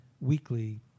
weekly